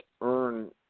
earn –